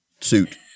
Suit